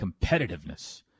competitiveness